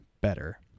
better